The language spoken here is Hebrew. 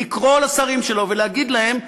לקרוא לשרים שלו ולהגיד להם: